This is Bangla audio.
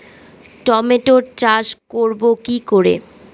টমেটোর চাষ করব কি করে?